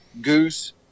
goose